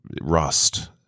rust